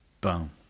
Boom